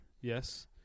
Yes